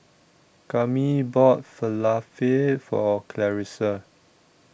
Kami bought Falafel For Clarissa